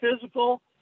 physical